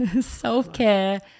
Self-care